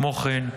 כמו כן,